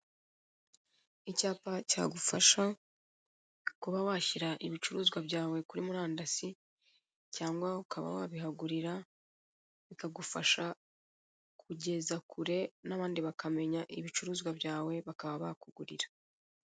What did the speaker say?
Icyapa cyagufasha, kuba washyira ibicuruzwa byawe kuri murandasi cyangwa ukaba wabihagurira, bikagufasha kugeza kure n'abandi bakamenya ibicuruzwa byawe bakaba bakugurira.